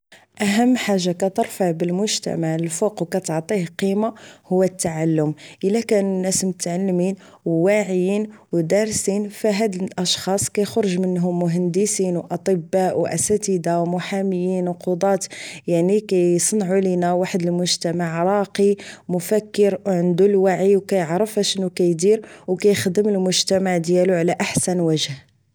اهم حاجة كترفع بالمجتمع للفوق و كتعطيه قيمة هو التعلم الا كانو الناس متعلمين وواعيين و دارسين وفهاد الاشخاص كيخرج منهم مهندسين اطباء و اساتذة و محاميين و قضاة يعني كيصنعو لينا واحد المجتمع راقي مفكر و عندو الوعي كيعرف اشنو كيدير و كيخدم المجتمع ديالو على احسن وجه